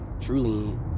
truly